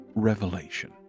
Revelation